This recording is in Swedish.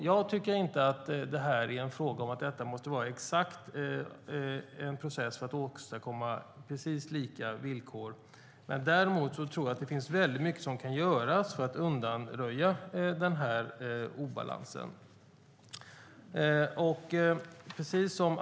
Jag tycker inte att det här är fråga om att det måste vara en process för att åstadkomma exakt lika villkor. Däremot tror jag att väldigt mycket kan göras för att undanröja obalansen.